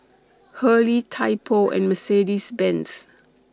Hurley Typo and Mercedes Benz